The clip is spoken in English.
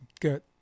Good